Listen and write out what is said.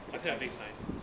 还是要 take science